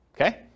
Okay